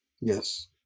Yes